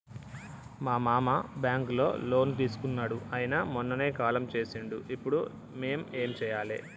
మా మామ బ్యాంక్ లో లోన్ తీసుకున్నడు అయిన మొన్ననే కాలం చేసిండు ఇప్పుడు మేం ఏం చేయాలి?